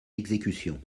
exécution